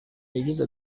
yagize